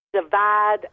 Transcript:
divide